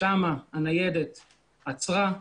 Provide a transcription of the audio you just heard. שם הניידת עצרה,